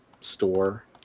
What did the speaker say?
Store